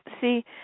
See